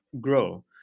grow